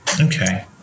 Okay